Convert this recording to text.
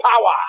power